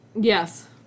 Yes